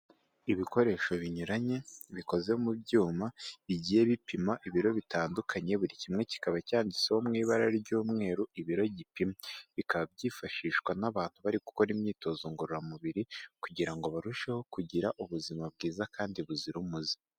Ibikoresho binyuranye bikoze mu byuma bigiye bipima ibiro bitandukanye buri kimwe kikaba cyanditseho mu ibara ry'umweru ibiro gipima, bikaba byifashishwa n'abantu bari gukora imyitozo ngororamubiri kugira ngo barusheho kugira ubuzima bwiza kandi buzira umuze.